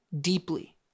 deeply